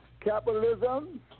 capitalism